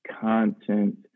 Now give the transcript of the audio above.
content